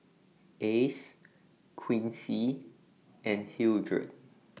Ace Quincy and Hildred